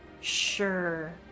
sure